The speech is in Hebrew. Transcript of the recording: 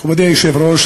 מכובדי היושב-ראש,